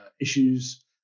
Issues